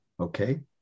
Okay